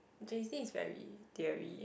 j_c is very theory